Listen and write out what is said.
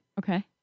Okay